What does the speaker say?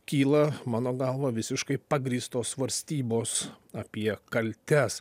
kyla mano galva visiškai pagrįstos svarstybos apie kaltes